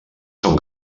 són